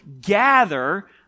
gather